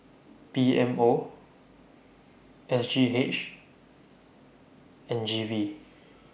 P M O S G H and G V